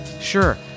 Sure